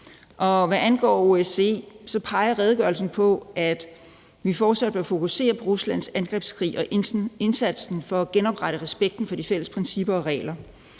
Hvad angår OSCE, peger redegørelsen på, at vi fortsat bør fokusere på Ruslands angrebskrig og indsatsen for at genoprette respekten for de fælles principper og regler.